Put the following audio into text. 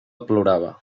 plorava